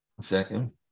second